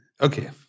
Okay